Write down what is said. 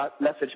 message